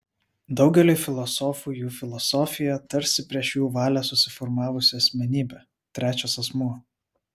daugeliui filosofų jų filosofija tarsi prieš jų valią susiformavusi asmenybė trečias asmuo